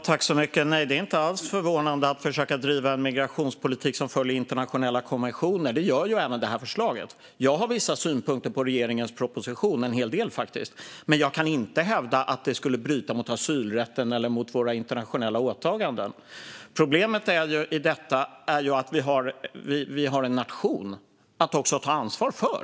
Fru talman! Nej, det är inte alls förvånande att försöka bedriva en migrationspolitik som följer internationella konventioner. Det gör ju även det här förslaget. Jag har vissa synpunkter på regeringens proposition - en hel del, faktiskt - men jag kan inte hävda att den skulle bryta mot asylrätten eller mot våra internationella åtaganden. Problemet i detta är ju att vi också har en nation att ta ansvar för.